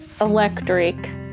electric